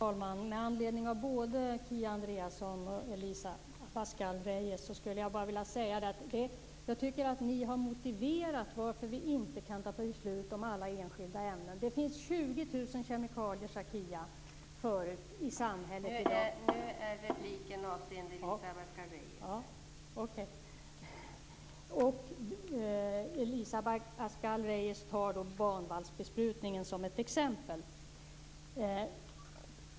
Fru talman! Jag tycker att både Kia Andreasson och Elisa Abascal Reyes har motiverat varför vi inte kan fatta beslut om alla enskilda ämnen. Det finns 20 000 kemikalier, sade Kia. Elisa Abascal Reyes tar banvallsbesprutningen som ett exempel.